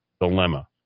dilemma